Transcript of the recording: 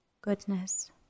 goodness